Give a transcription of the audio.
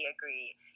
agree